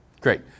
Great